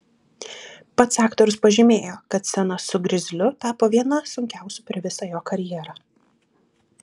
pats aktorius pažymėjo kad scena su grizliu tapo viena sunkiausių per visą jo karjerą